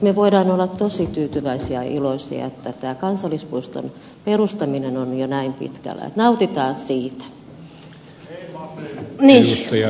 me voimme olla tosi tyytyväisiä ja iloisia että tämä kansallispuiston perustaminen on jo näin pitkällä nautitaan siitä